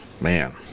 man